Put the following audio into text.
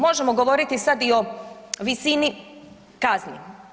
Možemo govoriti sada i o visini kazni.